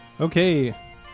Okay